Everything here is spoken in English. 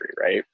Right